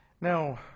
Now